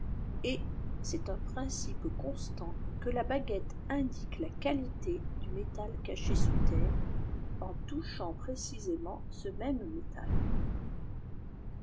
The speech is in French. et c'est un principe constant que la baguette indique la qualité du métal caché sous terre en touchant précisément ce même métal